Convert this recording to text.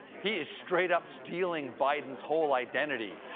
he is straight up stealing biden's whole identity.